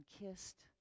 kissed